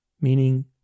meaning